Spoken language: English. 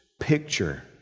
picture